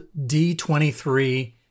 D23